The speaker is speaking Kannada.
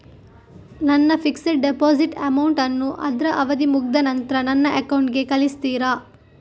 ನನ್ನ ಫಿಕ್ಸೆಡ್ ಡೆಪೋಸಿಟ್ ಅಮೌಂಟ್ ಅನ್ನು ಅದ್ರ ಅವಧಿ ಮುಗ್ದ ನಂತ್ರ ನನ್ನ ಅಕೌಂಟ್ ಗೆ ಕಳಿಸ್ತೀರಾ?